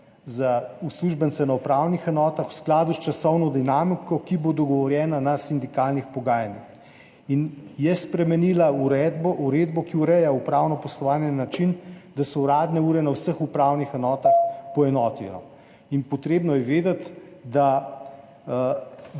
za uslužbence na upravnih enotah, in sicer v skladu s časovno dinamiko, ki bo dogovorjena na sindikalnih pogajanjih. Vlada je spremenila uredbo, ki ureja upravno poslovanje na način, da se uradne ure na vseh upravnih enotah poenotijo. Potrebno je vedeti, da